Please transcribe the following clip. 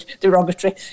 derogatory